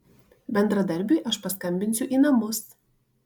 bendradarbiui aš paskambinsiu į namus